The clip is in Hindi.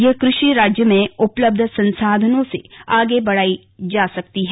यह कृषि राज्य में उपलब्ध संसाधनों से आगे बढ़ाई जा सकती है